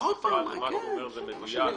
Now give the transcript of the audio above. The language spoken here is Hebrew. מה שהוא אומר זה מדויק,